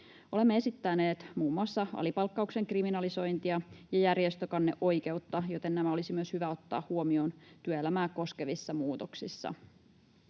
Olemme esittäneet muun muassa alipalkkauksen kriminalisointia ja järjestökanneoikeutta, joten nämä olisi myös hyvä ottaa huomioon työelämää koskevissa muutoksissa.